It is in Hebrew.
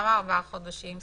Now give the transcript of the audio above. למה ארבעה חודשים?